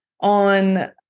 on